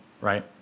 right